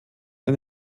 ein